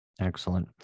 excellent